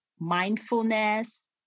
mindfulness